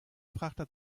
frachter